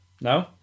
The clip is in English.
No